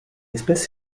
espèce